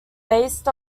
based